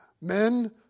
men